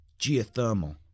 geothermal